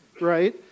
right